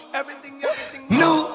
New